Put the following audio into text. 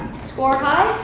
score high.